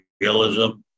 Realism